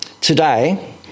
Today